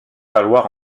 valoir